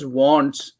wants